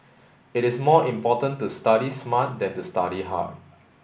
it is more important to study smart than to study hard